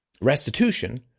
restitution